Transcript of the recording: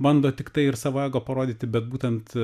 bando tiktai ir savo ego parodyti bet būtent